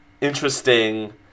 interesting